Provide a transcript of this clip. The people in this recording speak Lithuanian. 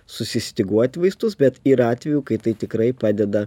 susistyguoti vaistus bet yra atvejų kai tai tikrai padeda